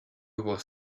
was